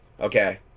Okay